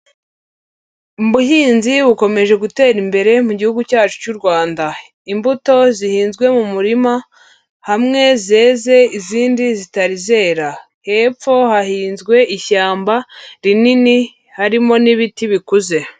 Ubuhinzi bukomeje gutera imbere mu gihugu cyacu cy'u Rwanda. Imbuto zihinzwe mu murima, hamwe zeze, izindi zitari zera. Hepfo hahinzwe ishyamba rinini, harimo n'ibiti bikuze.